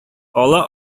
ала